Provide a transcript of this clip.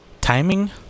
timing